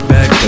Back